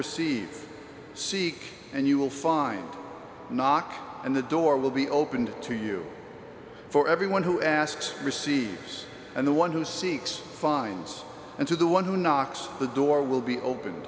receive seek and you will find knock and the door will be opened to you for everyone who asks receives and the one who seeks finds and to the one who knocks the door will be open